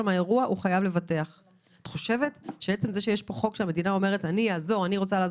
את חושבת שעצם זה שיש פה חוק שאומר שהמדינה תעזור מיידית,